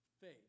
faith